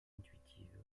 intuitive